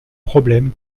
problèmes